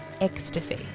Ecstasy